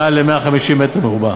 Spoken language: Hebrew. מעל ל-150 מטר מרובע.